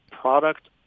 product